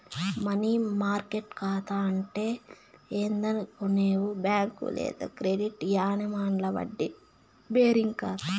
money market కాతా అంటే ఏందనుకునేవు బ్యాంక్ లేదా క్రెడిట్ యూనియన్ల వడ్డీ బేరింగ్ కాతా